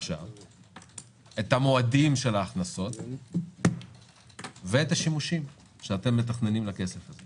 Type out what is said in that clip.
את המועדים של ההכנסות ואת השימושים שאתם מתכננים לכסף הזה.